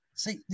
See